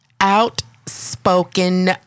Outspoken